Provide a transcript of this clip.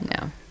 No